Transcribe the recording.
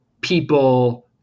people –